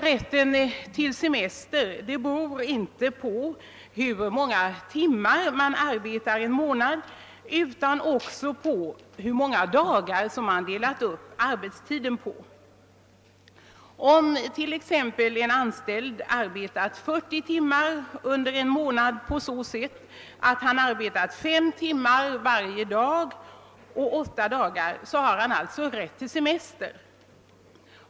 Rätten till semester beror inte på hur många timmar man arbetat en månad utan också på hur många dagar som man delat upp arbetstiden på. Om t.ex. en anställd arbetat 40 timmar under en månad på så sätt att han arbetat fem timmar varje dag under åtta dagar har han rätt till semester.